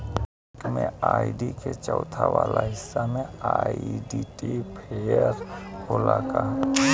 Bank में ID के चौथाई वाला हिस्सा में आइडेंटिफैएर होला का?